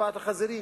בשפעת החזירים.